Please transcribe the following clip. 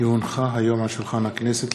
כי הונחו היום על שולחן הכנסת,